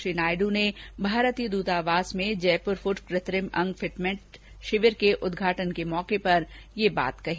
श्री नायडू ने भारतीय दूतावास में जयपुर फुट कृत्रिम अंग फिटमेंट शिविर के उद्घाटन के अवसर पर यह बात कही